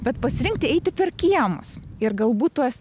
bet pasirinkti eiti per kiemus ir galbūt tuos